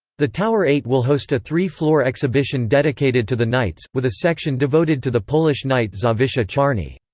the tower eight will host a three-floor exhibition dedicated to the knights, with a section devoted to the polish knight zawisza czarny.